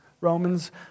Romans